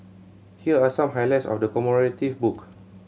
here are some highlights of the commemorative book